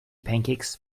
pancakes